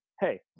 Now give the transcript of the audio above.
hey